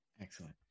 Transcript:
Excellent